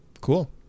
Cool